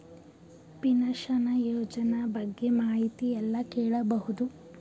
Pension ಯೋಜನ ಬಗ್ಗೆ ಮಾಹಿತಿ ಎಲ್ಲ ಕೇಳಬಹುದು?